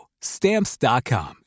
Stamps.com